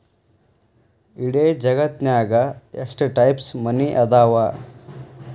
ಇಡೇ ಜಗತ್ತ್ನ್ಯಾಗ ಎಷ್ಟ್ ಟೈಪ್ಸ್ ಮನಿ ಅದಾವ